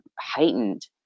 heightened